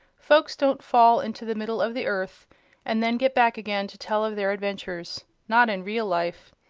folks don't fall into the middle of the earth and then get back again to tell of their adventures not in real life.